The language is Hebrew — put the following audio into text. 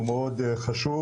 הוא מאוד חשוב